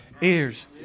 ears